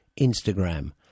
Instagram